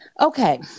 okay